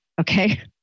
Okay